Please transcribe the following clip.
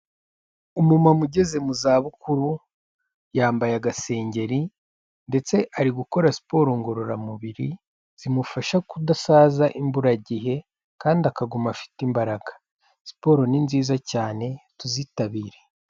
Umumama ugeze mu zabukuru, yambaye agasengeri, ndetse ari gukora siporo ngororamubiri, zimufasha kudasaza imburagihe, kandi akaguma afite imbaraga, siporo ni nziza cyane tuzitabire.